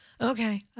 Okay